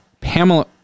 Pamela